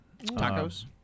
Tacos